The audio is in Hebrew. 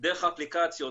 דרך אפליקציות,